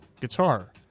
guitar